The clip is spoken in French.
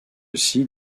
aussi